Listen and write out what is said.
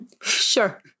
Sure